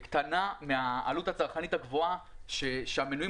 קטנה מהעלות הצרכנית הגבוהה שהמנויים